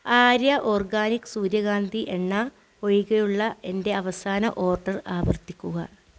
Arya organic സൂര്യകാന്തി എണ്ണ ഒഴികെയുള്ള എന്റെ അവസാന ഓർഡർ ആവർത്തിക്കുക